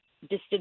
distance